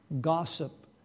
gossip